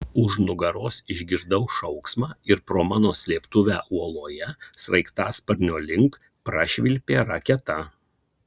už nugaros išgirdau šauksmą ir pro mano slėptuvę uoloje sraigtasparnio link prašvilpė raketa